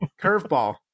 Curveball